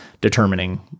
determining